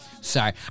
Sorry